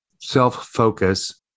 self-focus